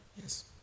Yes